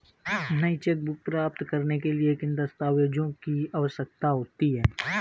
नई चेकबुक प्राप्त करने के लिए किन दस्तावेज़ों की आवश्यकता होती है?